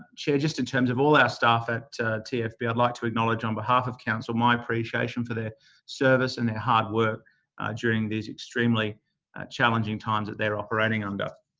chair, just in terms of all our staff at ah tfb, i'd like to acknowledge, on behalf of council, my appreciation for their service and their hard work during these extremely challenging times that they're operating under.